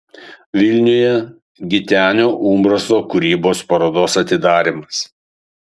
vilniuje gitenio umbraso kūrybos parodos atidarymas